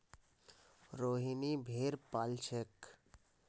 रोहिनी भेड़ पा ल छेक